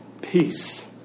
peace